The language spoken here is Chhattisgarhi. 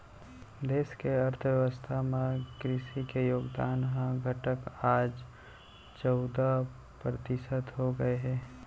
देस के अर्थ बेवस्था म कृसि के योगदान ह घटत आज चउदा परतिसत हो गए हे